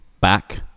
back